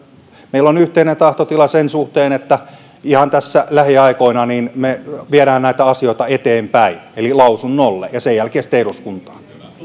meillä on yhteinen tahtotila sen suhteen että ihan tässä lähiaikoina me viemme näitä asioita eteenpäin eli lausunnolle ja sen jälkeen sitten eduskuntaan